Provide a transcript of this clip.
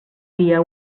via